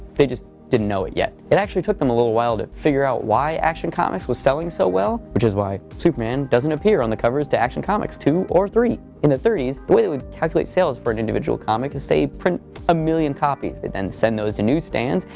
they just didn't know it yet. it actually took them a little while to figure out why action comics was selling so well, which is why superman doesn't appear on the covers to action comics two or three. in the thirty s, the way that we would calculate sales for an individual comic is, say, print a million copies. they then send those to news stands,